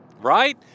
Right